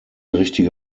richtige